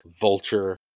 Vulture